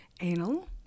anal